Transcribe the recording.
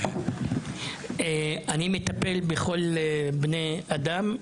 אני מטפל בכל בני האדם,